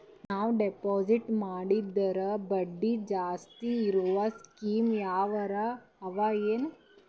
ನಾವು ಡೆಪಾಜಿಟ್ ಮಾಡಿದರ ಬಡ್ಡಿ ಜಾಸ್ತಿ ಇರವು ಸ್ಕೀಮ ಯಾವಾರ ಅವ ಏನ?